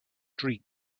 streak